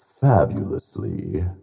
Fabulously